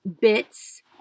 bits